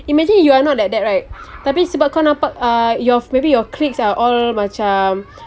imagine you are not like that right tapi sebab kau nampak uh your maybe your cliques are all macam